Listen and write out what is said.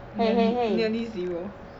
nearly nearly zero